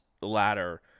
ladder